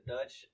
Dutch